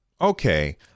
okay